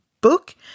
book